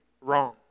wrong